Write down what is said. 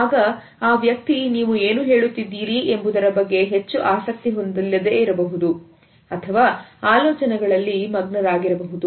ಆಗ ಆ ವ್ಯಕ್ತಿ ನೀವು ಏನು ಹೇಳುತ್ತಿದ್ದೀರಿ ಎಂಬುದರ ಬಗ್ಗೆ ಹೆಚ್ಚು ಆಸಕ್ತಿ ಹೊಂದಿಲ್ಲ ಇರಬಹುದು ಅಥವಾ ಆಲೋಚನೆಗಳಲ್ಲಿ ಇರಬಹುದು ಎಂಬುದನ್ನು ಸೂಚಿಸುತ್ತದೆ